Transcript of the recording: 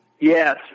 Yes